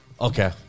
okay